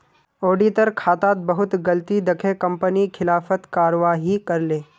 auditor खातात बहुत गलती दखे कंपनी खिलाफत कारवाही करले